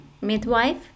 midwife